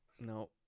No